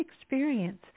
experience